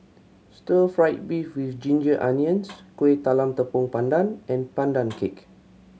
stir fried beef with ginger onions Kueh Talam Tepong Pandan and Pandan Cake